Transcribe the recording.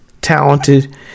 talented